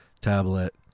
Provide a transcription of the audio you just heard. tablet